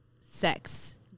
sex